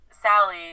Sally